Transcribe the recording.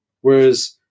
Whereas